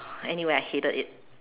anyway I hated it